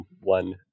one